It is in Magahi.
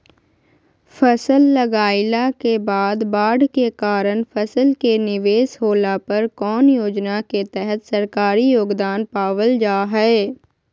फसल लगाईला के बाद बाढ़ के कारण फसल के निवेस होला पर कौन योजना के तहत सरकारी योगदान पाबल जा हय?